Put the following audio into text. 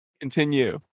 Continue